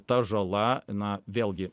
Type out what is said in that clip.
ta žala na vėlgi